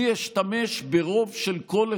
אני אשתמש ברוב של קול אחד.